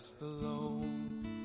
Alone